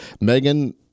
Megan